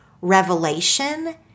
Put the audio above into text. revelation